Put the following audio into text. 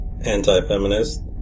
anti-feminist